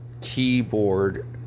keyboard